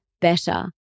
better